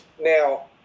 Now